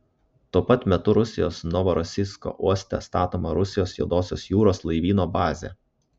tuo pat metu rusijos novorosijsko uoste statoma rusijos juodosios jūros laivyno bazė